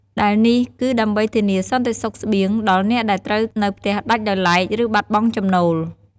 ដែលនេះគឺដើម្បីធានាសន្តិសុខស្បៀងដល់អ្នកដែលត្រូវនៅផ្ទះដាច់ដោយឡែក ឬបាត់បង់ចំណូល។